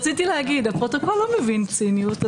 רציתי לומר שהפרוטוקול לא מבין ציניות.